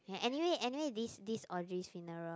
ya anyway anyway this this Audrey's funeral